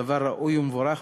דבר ראוי ומבורך,